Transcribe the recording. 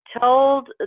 told